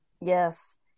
Yes